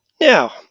Now